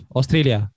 Australia